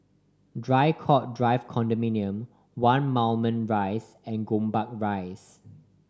Draycott Drive Condominium One Moulmein Rise and Gombak Rise